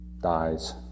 dies